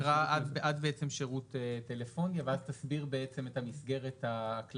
--- זאת אומרת תקרא עד שירות טלפוניה ואז תסביר את המסגרת הכללית.